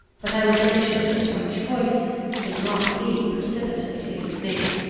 but i was anxious that my choice should not be precipitately made.